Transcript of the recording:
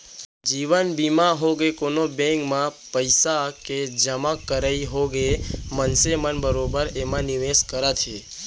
जीवन बीमा होगे, कोनो बेंक म पइसा के जमा करई होगे मनसे मन बरोबर एमा निवेस करत हे